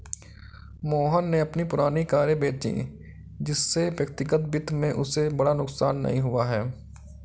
मोहन ने अपनी पुरानी कारें बेची जिससे व्यक्तिगत वित्त में उसे बड़ा नुकसान नहीं हुआ है